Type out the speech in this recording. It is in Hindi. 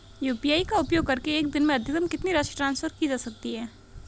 यू.पी.आई का उपयोग करके एक दिन में अधिकतम कितनी राशि ट्रांसफर की जा सकती है?